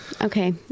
Okay